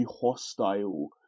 hostile